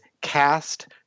cast